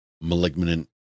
malignant